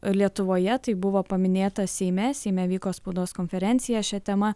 lietuvoje tai buvo paminėta seime seime vyko spaudos konferencija šia tema